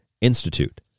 Institute